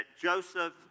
Joseph